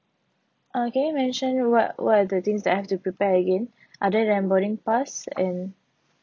uh can you mention what what are the things that I have to prepare again other than boarding pass and